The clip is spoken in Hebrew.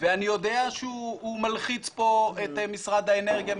ואני יודע שהוא מלחיץ פה את משרד האנרגיה,